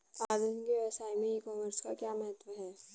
आधुनिक व्यवसाय में ई कॉमर्स का क्या महत्व है?